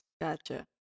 Gotcha